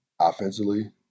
offensively